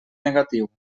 negatiu